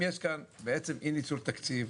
אם יש כאן אי ניצול תקציב,